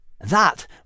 That